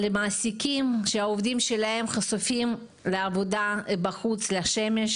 מעסיקים כשהעובדים שלהם חשופים לעבודה בחוץ בשמש.